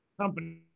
company